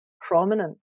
prominent